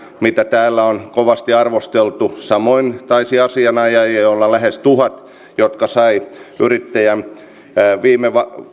mitä täällä on kovasti arvosteltu samoin taisi asianajajia olla lähes tuhat jotka saivat viime